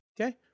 okay